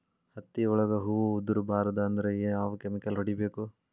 ಹತ್ತಿ ಒಳಗ ಹೂವು ಉದುರ್ ಬಾರದು ಅಂದ್ರ ಯಾವ ಕೆಮಿಕಲ್ ಹೊಡಿಬೇಕು?